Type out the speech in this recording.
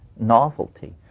novelty